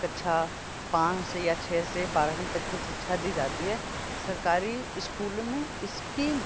कक्षा पाँच से या छह से बारहवीं तक की शिक्षा दी जाती है सरकारी स्कूलों में इसकी